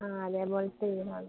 ആ അതേപോലത്തെ വീടാണ്